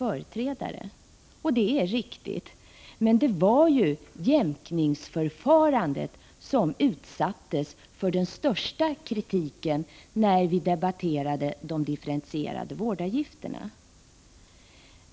Det är i och för sig riktigt, men det var ju jämkningsförfarandet som utsattes för den största kritiken när vi debatterade de differentierade vårdavgifterna.